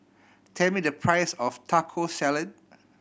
tell me the price of Taco Salad